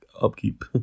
upkeep